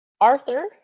Arthur